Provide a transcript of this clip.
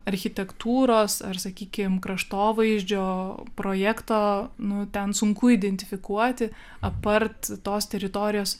architektūros ar sakykim kraštovaizdžio projekto nu ten sunku identifikuoti apart tos teritorijos